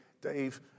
Dave